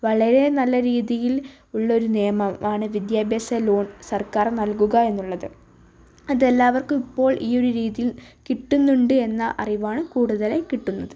വളരെ നല്ല രീതിയിൽ ഉള്ളൊരു നിയമം ആണ് വിദ്യാഭ്യാസ ലോൺ സർക്കാർ നൽകുക എന്നുള്ളത് അതെല്ലാവർക്കും ഇപ്പോൾ ഈ ഒരു രീതിയിൽ കിട്ടുന്നുണ്ട് എന്ന അറിവാണ് കൂടുതലായി കിട്ടുന്നത്